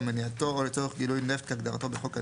מניעתו או לצורך גילוי נפט כהגדרתו בחוק הנפט,